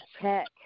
check